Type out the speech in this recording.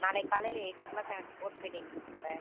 நாளைக்கு காலையில் eight o'clock எனக்கு போர்ட் மீட்டிங் இருக்குது சார்